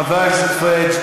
חבר הכנסת פריג',